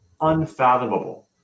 unfathomable